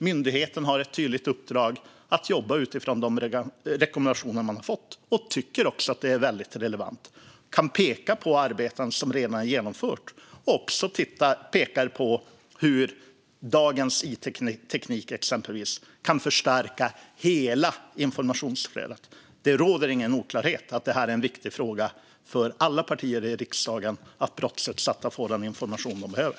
Myndigheten har ett tydligt uppdrag att jobba utifrån de rekommendationer man har fått och tycker också att det är väldigt relevant. Man kan peka på arbete som redan är genomfört. Man pekar också på hur dagens it-teknik exempelvis kan förstärka hela informationsflödet. Det råder ingen oklarhet om att det är en viktig fråga för alla partier i riksdagen att brottsutsatta får den information de behöver.